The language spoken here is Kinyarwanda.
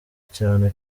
cyane